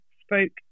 spoke